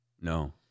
No